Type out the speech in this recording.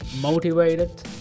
motivated